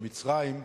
למצרים,